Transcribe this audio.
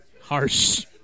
Harsh